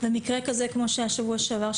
ומקרה כזה כמו שהיה בשבוע שעבר,